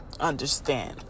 understand